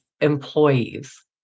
employees